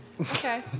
Okay